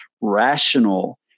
rational